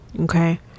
okay